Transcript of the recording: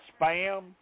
spam